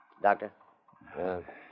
Doctor